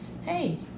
hey